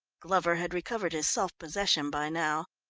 glover had recovered his self-possession by now.